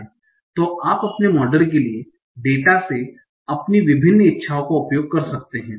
तो आप अपने मॉडल के लिए डेटा से अपनी विभिन्न इच्छाओं का उपयोग कर सकते हैं